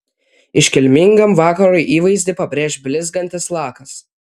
iškilmingam vakarui įvaizdį pabrėš blizgantis lakas